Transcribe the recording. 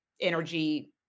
energy